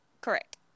Correct